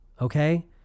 okay